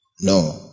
No